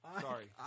Sorry